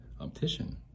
optician